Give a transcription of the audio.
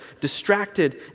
distracted